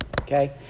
okay